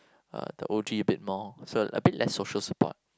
uh the O_G a bit more so a bit less social support